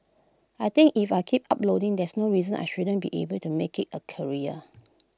I think if I keep uploading there's no reason I shouldn't be able to make IT A career